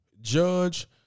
judge